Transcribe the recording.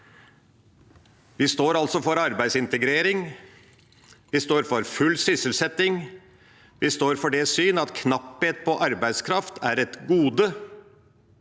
Vi står for arbeidsintegrering, vi står for full sysselsetting, vi står for det syn at knapphet på arbeidskraft er et gode,